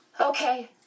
Okay